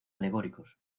alegóricos